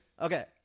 Okay